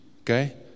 Okay